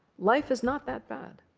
life is not that bad.